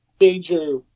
major